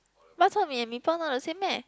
bak-chor-mee and Mee-Pok not the same meh